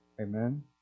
Amen